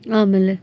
ಆಮೇಲೆ